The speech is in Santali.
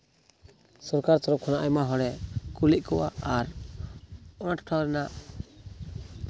ᱥᱚᱨᱠᱟᱨ ᱛᱚᱨᱚᱯᱷ ᱠᱷᱚᱱᱟᱜ ᱟᱭᱢᱟ ᱦᱚᱲᱮ ᱠᱳᱞᱮᱫ ᱠᱚᱣᱟ ᱟᱨ ᱚᱱᱟ ᱴᱚᱴᱷᱟ ᱨᱮᱱᱟᱜ